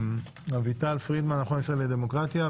אביטל פרידמן מהמכון הישראלי לדמוקרטיה,